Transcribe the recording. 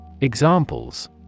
Examples